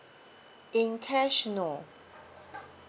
in cash no